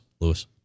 Lewis